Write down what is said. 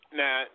now